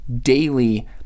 daily